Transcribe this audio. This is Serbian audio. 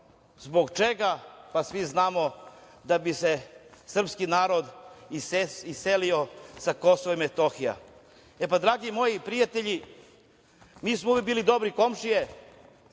Zbog čega? Pa, svi znamo, da bi se srpski narod iselio sa Kosova i Metohije. Dragi moji prijatelji, mi smo uvek bile dobre komšije,